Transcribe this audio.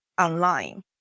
online